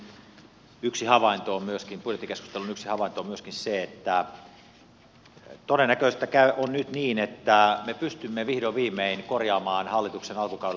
tämän budjettikeskustelun yksi havainto on myöskin se että todennäköisesti käy nyt niin että me pystymme vihdoin viimein korjaamaan hallituksen alkukaudellaan tekemän virheen